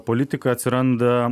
politiką atsiranda